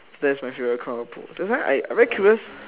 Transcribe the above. that's my favourite kind of book that's why I I very curious